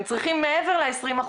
הם צריכים מעבר ל-20%.